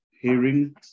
hearing